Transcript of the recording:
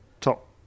top